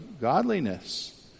godliness